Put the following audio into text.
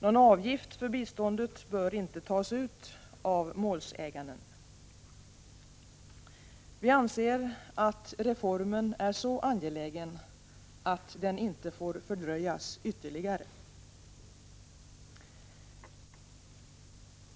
Någon avgift för biståndet bör inte tas ut av målsäganden. Vi anser att reformen är så angelägen att den inte får fördröjas ytterligare.